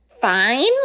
fine